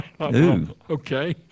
Okay